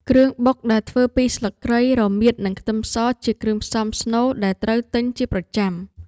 គ្រឿងបុកដែលធ្វើពីស្លឹកគ្រៃ រមៀត និងខ្ទឹមស ជាគ្រឿងផ្សំស្នូលដែលត្រូវទិញជាប្រចាំ។